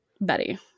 betty